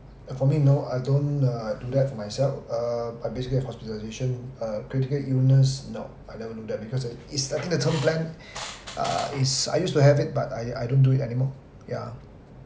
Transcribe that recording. uh for me no I don't uh I do that for myself err I basically have hospitalisation uh critical illness no I never do that it is I think the term plan uh is I used to have it but I I don't do it anymore ya